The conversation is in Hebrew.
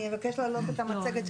אני אבקש להעלות את המצגת,